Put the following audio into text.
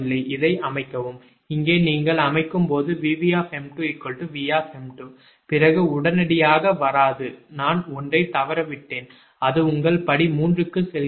இதை அமைக்கவும் இங்கே நீங்கள் அமைக்கும் போது 𝑉𝑉 𝑚2 𝑉 𝑚2 பிறகு உடனடியாக வராது நான் ஒன்றை தவறவிட்டேன் அது உங்கள் படி 3 க்கு செல்கிறது